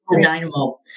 dynamo